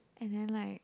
and then like